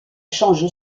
change